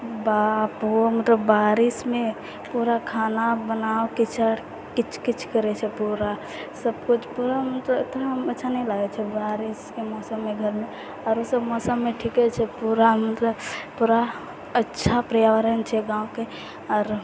बाप रे बारिशमे पूरा खाना बनाउ कीचड़ किच किच करै छै पूरा सभकुछ पूरा उतना अच्छा नहि लागै छै बारिशके मौसममे घरमे आओरो सभ मौसममे ठीके छै पूरा मतलब पूरा अच्छा पर्यावरण छै गामके आओर